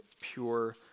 pure